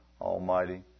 Almighty